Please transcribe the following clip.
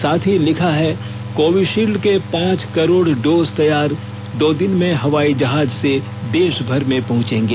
साथ ही लिखा है कोविशील्ड के पांच करोड़ डोज तैयार दो दिन में हवाई जहाज से देशभर में पहुंचेगे